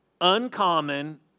Uncommon